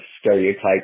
stereotypes